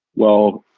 well,